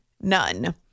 none